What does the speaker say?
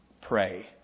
pray